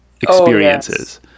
experiences